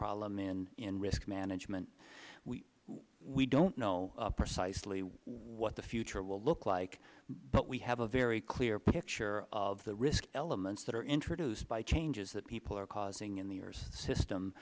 problem in risk management we don't know precisely what the future will look like but we have a very clear picture of the risk elements that are introduced by changes that people are causing in the